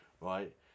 right